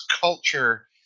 culture